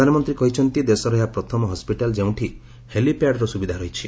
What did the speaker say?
ପ୍ରଧାନମନ୍ତ୍ରୀ କହିଛନ୍ତି ଦେଶର ଏହା ପ୍ରଥମ ହସ୍କିଟାଲ୍ ଯେଉଁଠି ହେଲିପ୍ୟାଡ୍ର ସୁବିଧା ରହିଛି